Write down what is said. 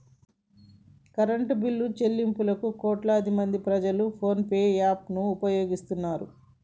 current బిల్లుల చెల్లింపులకు కోట్లాదిమంది ప్రజలు ఫోన్ పే యాప్ ను ఉపయోగిస్తున్నారు